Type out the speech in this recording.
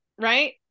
right